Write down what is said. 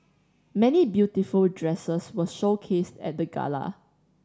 many beautiful dresses were showcased at the gala